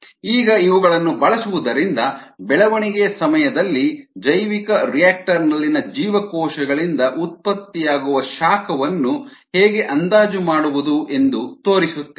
ಈಗ ಇವುಗಳನ್ನು ಬಳಸುವುದರಿಂದ ಬೆಳವಣಿಗೆಯ ಸಮಯದಲ್ಲಿ ಜೈವಿಕರಿಯಾಕ್ಟರ್ ನಲ್ಲಿನ ಜೀವಕೋಶಗಳಿಂದ ಉತ್ಪತ್ತಿಯಾಗುವ ಶಾಖವನ್ನು ಹೇಗೆ ಅಂದಾಜು ಮಾಡುವುದು ಎಂದು ತೋರಿಸುತ್ತೇನೆ